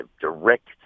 direct